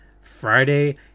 Friday